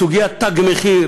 סוגיית "תג מחיר"